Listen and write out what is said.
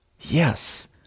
Yes